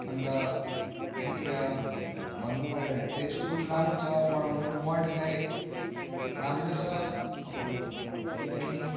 अन्त यहाँनिर भन्नु पर्दाखेरि चाहिँ स्कुल राम्रो छ पढाउनु पढ्नेलाई राम्रै छ अब त्यति नै